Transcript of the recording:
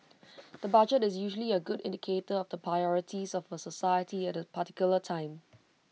the budget is usually A good indicator of the priorities of A society at A particular time